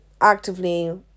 actively